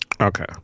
Okay